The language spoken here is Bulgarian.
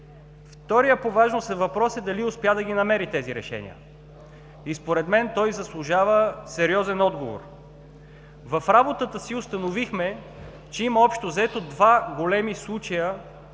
Вторият по важност е въпросът дали успя да ги намери тези решения? И според мен той заслужава сериозен отговор. В работата си установихме, че има, общо взето, два големи случая,